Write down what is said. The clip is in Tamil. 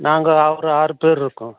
நாங்கள் ஒரு ஆறுப்பேர் இருக்கோம்